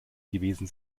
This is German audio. gewesen